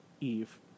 Eve